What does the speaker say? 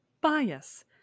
bias